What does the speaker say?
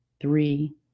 three